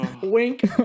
Wink